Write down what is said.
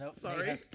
Sorry